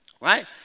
right